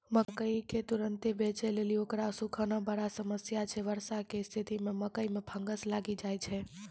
मकई के तुरन्त बेचे लेली उकरा सुखाना बड़ा समस्या छैय वर्षा के स्तिथि मे मकई मे फंगस लागि जाय छैय?